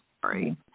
sorry